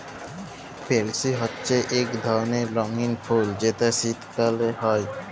পেলসি হছে ইক ধরলের রঙ্গিল ফুল যেট শীতকাল হ্যয়